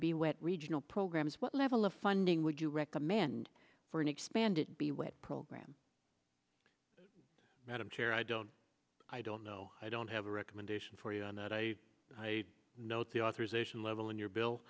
be wet regional programs what level of funding would you recommend for an expanded be wet program madam chair i don't i don't know i don't have a recommendation for you on that i note the authorization level in your bill